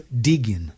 digging